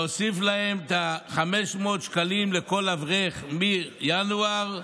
להוסיף 500 שקלים לכל אברך מינואר,